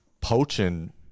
poaching